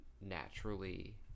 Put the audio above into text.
naturally